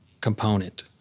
component